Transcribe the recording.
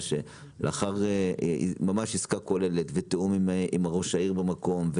לאחר שהיתה כבר עסקה כוללת ותיאום עם ראש העיר במקום.